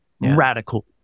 radical